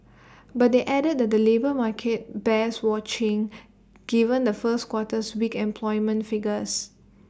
but they added that the labour market bears watching given the first quarter's weak employment figures